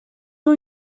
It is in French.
ont